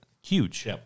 Huge